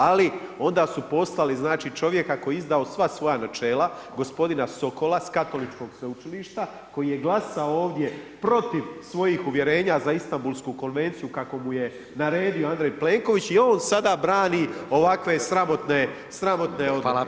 Ali, onda su poslali znači čovjeka koji je izdao sva svoja načela, g. Sokola, s Katoličkog sveučilišta, koji je glasao ovdje protiv svojih uvjerenja za Istanbuslku konvenciju, kako mu je naredio Andrej Plenković i on sada brani ovakve sramotne odluke.